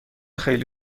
خیلی